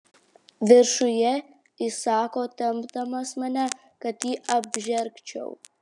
viršuje įsako tempdamas mane kad jį apžergčiau